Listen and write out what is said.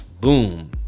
boom